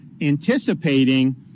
anticipating